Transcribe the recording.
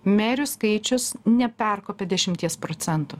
merių skaičius neperkopė dešimties procentų